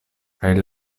kaj